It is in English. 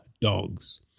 dogs